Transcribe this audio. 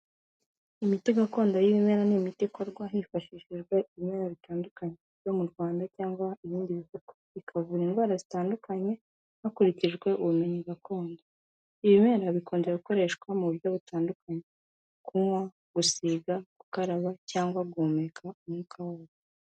Imiti gakondo y'ibimera n'imiti ikorwa hifashishijwe ibimera bitandukanye byo mu Rwanda cyangwa ibindi bihugu, bikavura indwara zitandukanye hakurikijwe ubumenyi gakondo, ibimera bikunze gukoreshwa mu buryo butandukanye, kunywa, gusiga, gukaraba cyangwa guhumeka umwuka wabyo.